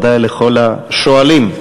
ודאי לכל השואלים.